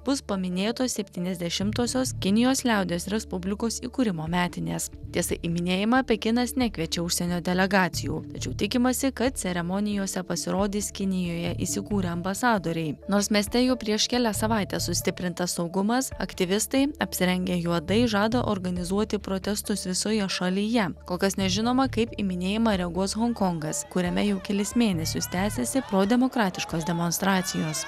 bus paminėtos septyniasdešimtosios kinijos liaudies respublikos įkūrimo metinės tiesa į minėjimą pekinas nekviečia užsienio delegacijų tačiau tikimasi kad ceremonijose pasirodys kinijoje įsikūrę ambasadoriai nors mieste jau prieš kelias savaites sustiprintas saugumas aktyvistai apsirengę juodai žada organizuoti protestus visoje šalyje kol kas nežinoma kaip į minėjimą reaguos honkongas kuriame jau kelis mėnesius tęsiasi prodemokratiškos demonstracijos